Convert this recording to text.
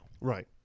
Right